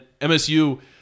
MSU